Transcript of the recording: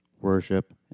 worship